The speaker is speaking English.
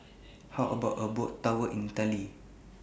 How about A Boat Tour in Italy